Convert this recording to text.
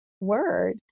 word